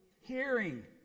Hearing